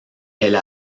elle